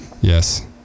Yes